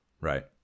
right